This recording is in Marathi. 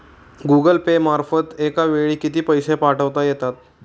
गूगल पे मार्फत एका वेळी किती पैसे पाठवता येतात?